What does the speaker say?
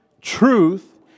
truth